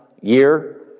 year